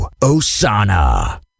Osana